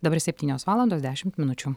dabar septynios valandos dešimt minučių